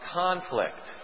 conflict